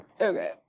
Okay